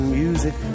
music